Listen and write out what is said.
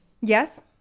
Yes